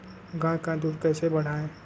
गाय का दूध कैसे बढ़ाये?